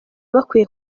bakwiye